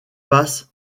passent